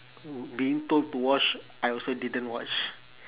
being told to wash I also didn't wash